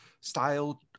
style